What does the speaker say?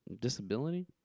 Disability